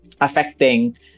affecting